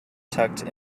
tucked